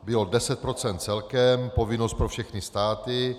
Bylo 10 procent celkem, povinnost pro všechny státy.